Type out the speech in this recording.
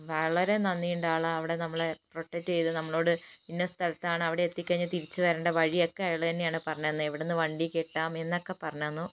വളരേ നന്ദിയുണ്ട് ആൾ ആ അവിടെ നമ്മളെ പ്രൊട്ടക്ട് ചെയ്ത് നമ്മളോട് ഇന്ന സ്ഥലത്താണ് അവിടെ എത്തിക്കഴിഞ്ഞാൽ തിരിച്ചു വരേണ്ട വഴിയൊക്കെ അയാൾ തന്നെയാണ് പറഞ്ഞു തന്നത് എവിടെ നിന്നു വണ്ടി കിട്ടാം എന്നൊക്കെ പറഞ്ഞു തന്നു